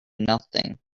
nothing